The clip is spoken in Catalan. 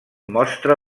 mostra